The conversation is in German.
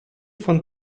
von